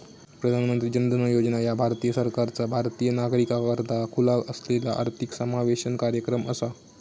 प्रधानमंत्री जन धन योजना ह्या भारत सरकारचा भारतीय नागरिकाकरता खुला असलेला आर्थिक समावेशन कार्यक्रम असा